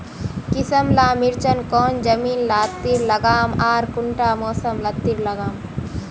किसम ला मिर्चन कौन जमीन लात्तिर लगाम आर कुंटा मौसम लात्तिर लगाम?